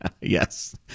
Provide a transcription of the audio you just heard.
Yes